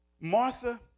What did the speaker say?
Martha